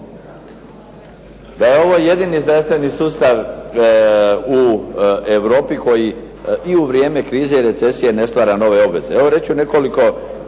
Da je ovo jedini zdravstveni sustav u Europi koji i u vrijeme krize i recesije ne stvara nove obveze. Evo reći ću nekoliko